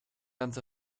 ganz